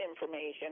information